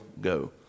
go